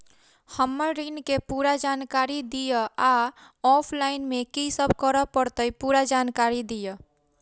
हम्मर ऋण केँ पूरा जानकारी दिय आ ऑफलाइन मे की सब करऽ पड़तै पूरा जानकारी दिय?